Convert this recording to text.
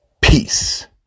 Peace